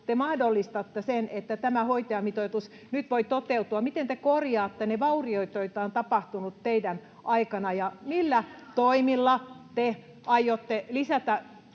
te mahdollistatte sen, että tämä hoitajamitoitus nyt voi toteutua. Miten te korjaatte ne vauriot, joita on tapahtunut teidän aikananne? [Vasemmalta: Ja teidän